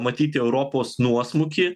matyti europos nuosmukį